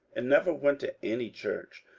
and never went to any church,